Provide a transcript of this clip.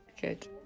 good